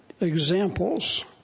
Examples